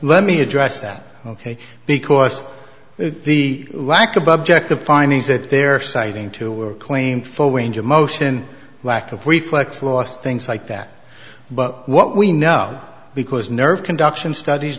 let me address that ok because it's the lack of objective findings that they're citing to claim full range of motion lack of reflex loss things like that but what we know because nerve conduction studies